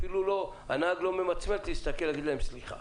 הנהג אפילו לא ממצמץ ולא אומר להם סליחה.